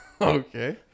Okay